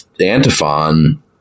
Antiphon